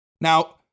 Now